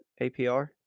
APR